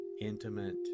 intimate